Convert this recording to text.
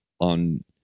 on